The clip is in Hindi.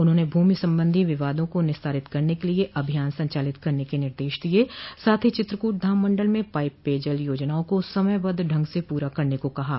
उन्होंने भूमि संबंधी विवादों को निस्तारित करने के लिये अभियान संचालित करने के निर्देश दिये हैं साथ ही चित्रकूट धाम मंडल में पाइप पेयजल योजनाआा को समयबद्ध ढंग से पूरा करने को कहा है